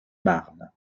marne